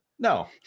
No